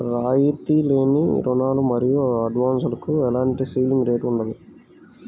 రాయితీ లేని రుణాలు మరియు అడ్వాన్సులకు ఎలాంటి సీలింగ్ రేటు ఉండదు